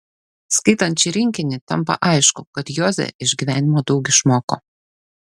skaitant šį rinkinį tampa aišku kad joze iš gyvenimo daug išmoko